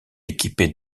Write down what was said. équipés